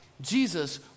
Jesus